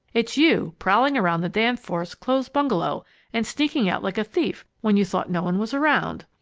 it's you prowling around the danforths' closed bungalow and sneaking out like a thief when you thought no one was around!